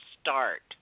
start